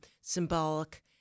symbolic